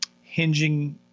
hinging